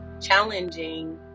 challenging